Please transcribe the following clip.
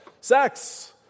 Sex